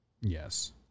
Yes